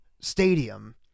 stadium